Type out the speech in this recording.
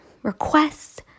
requests